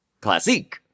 Classique